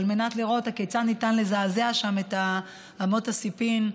על מנת לראות כיצד ניתן לזעזע שם את אמות הסיפים,